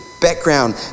background